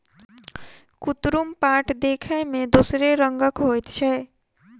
कुतरुम पाट देखय मे दोसरे रंगक होइत छै